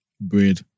Bread